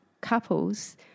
couples